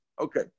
Okay